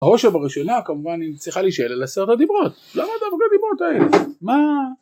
בראש ובראשונה כמובן היא צריכה להישאל על עשרת הדיברות למה דווקא דיברות האלה? מה?